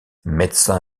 médecin